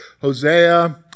Hosea